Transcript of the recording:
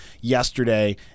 yesterday